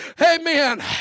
Amen